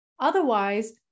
Otherwise